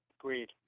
Agreed